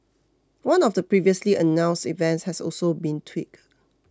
one of the previously announced events has also been tweaked